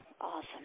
Awesome